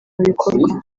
bikorwa